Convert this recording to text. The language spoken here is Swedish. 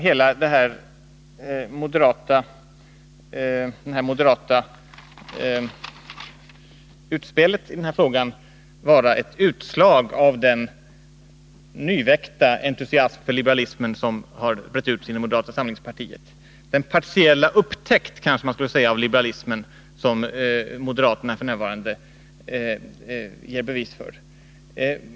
Hela det här moderata utspelet i frågan verkar vara ett utslag av den nyväckta entusiasm för liberalismen som har brett ut sig inom moderata samlingspartiet, den partiella upptäckt av liberalismen som moderaterna f.n. ger bevis för.